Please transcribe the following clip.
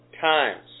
times